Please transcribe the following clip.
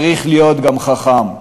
צריך להיות גם חכם.